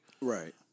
Right